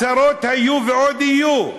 הצהרות היו ועוד יהיו,